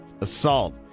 Assault